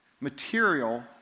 material